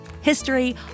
history